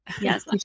Yes